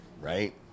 right